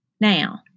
Now